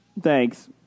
Thanks